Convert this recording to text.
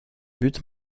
but